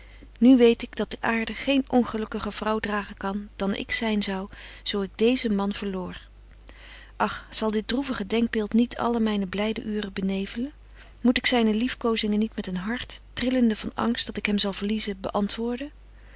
nu weet ik dat de aarde geen ongelukkiger vrouw dragen kan dan ik zyn zou zo ik deezen man verloor ach zal dit droevige denkbeeld niet alle myne blyde uuren benevelen moet ik zyne liefkozingen niet met een hart trillende van angst dat ik hem zal verliezen beantwoorden